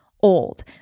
old